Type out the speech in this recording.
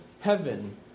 heaven